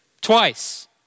twice